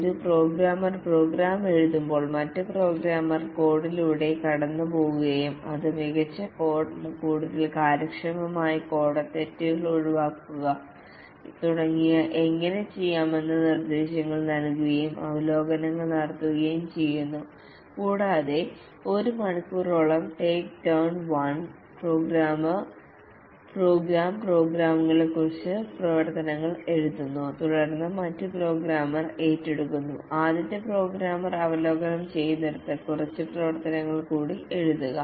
ഒരു programmer program എഴുതുമ്പോൾ മറ്റ് പ്രോഗ്രാമർമാർ കോഡിലൂടെ കടന്നുപോകുകയും അത് മികച്ച കോഡ് കൂടുതൽ കാര്യക്ഷമമായ കോഡ് തെറ്റുകൾ ഒഴിവാക്കുക തുടങ്ങിയവ എങ്ങനെ ചെയ്യാമെന്ന് നിർദ്ദേശങ്ങൾ നൽകുകയും അവലോകനങ്ങൾ നടത്തുകയും ചെയ്യുന്നു കൂടാതെ ഒരു മണിക്കൂറോളം take turn one programmer program പ്രോഗ്രാമുകൾ കുറച്ച് പ്രവർത്തങ്ങൾ എഴുതുന്നു തുടർന്ന് മറ്റ് പ്രോഗ്രാമർ ഏറ്റെടുക്കുന്നു ആദ്യത്തെ പ്രോഗ്രാമർ അവലോകനം ചെയ്യുന്നിടത്ത് കുറച്ച് പ്രവർത്തങ്ങൾ കൂടി എഴുതുക